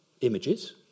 images